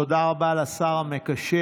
תודה רבה לשר המקשר.